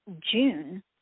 June